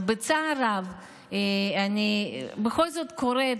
אז בצער רב אני בכל זאת קוראת,